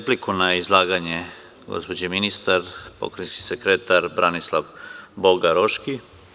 Replika na izlaganje gospođe ministra, pokrajinski sekretar Branislav Bogaroški.